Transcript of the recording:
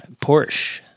Porsche